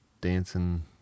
dancing